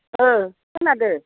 ओह खोनादों